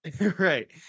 Right